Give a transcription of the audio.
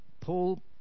Paul